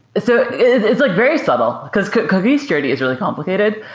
it's ah it's like very subtle, because cookie security is really complicated.